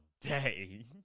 day